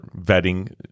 vetting